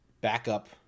backup